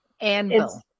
anvil